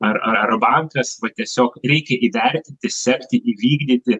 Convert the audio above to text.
ar ar bankas va tiesiog reikia įvertinti sekti įvykdyti